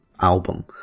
album